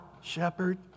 shepherd